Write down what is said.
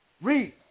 Read